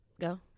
Go